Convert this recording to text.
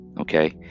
okay